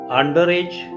underage